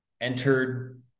entered